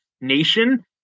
nation